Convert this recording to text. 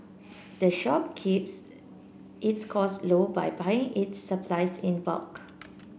the shop keeps its cost low by buying its supplies in bulk